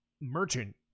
merchant